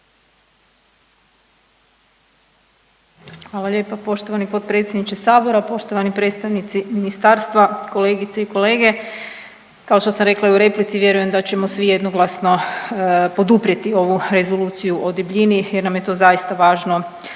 Hvala lijepa poštovani potpredsjedniče sabora. Poštovani predstavnici ministarstva, kolegice i kolege, kao što sam rekla i u replici vjerujem da ćemo svi jednoglasno poduprijeti ovu Rezoluciju o debljini jer nam je to zaista važno za